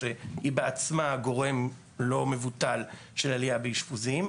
שהיא בעצמה גורם לא מבוטל של עלייה באשפוזים,